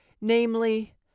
Namely